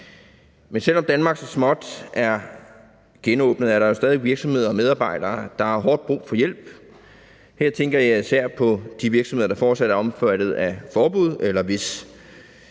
Men selv om Danmark så småt er genåbnet, er der jo stadig væk virksomheder og medarbejdere, der har hårdt brug for hjælp. Her tænker jeg især på de virksomheder, der fortsat er omfattet af forbud, eller hvis